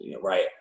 right